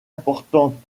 important